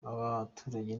abaturage